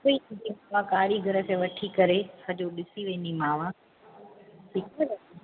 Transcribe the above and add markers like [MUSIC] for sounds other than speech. [UNINTELLIGIBLE] ठीकु आहे क़ारीगर खे वठी करे सॼो ॾिसी वेंदीमांव ठीकु आहे दादी